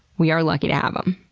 we are lucky to have them.